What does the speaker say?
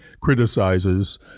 criticizes